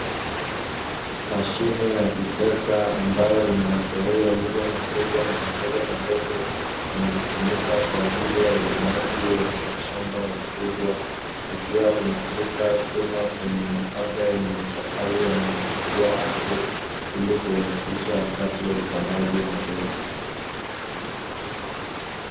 Mashine ya kisasa ambayo inamatairi ya nyuma makubwa na ya mbele madogo, inayotumika kwa ajili ya ulimaji wa mashamba makubwa ikiwa inavuta chuma chenye mapanga yenye ncha kali yanayotifua ardhi, ili kurahisisha wakati wa upandaji wa mbegu.